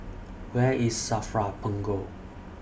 Where IS SAFRA Punggol